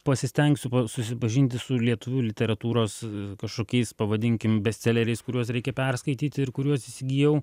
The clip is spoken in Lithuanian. pasistengsiu susipažinti su lietuvių literatūros kažkokiais pavadinkim bestseleriais kuriuos reikia perskaityti ir kuriuos įsigijau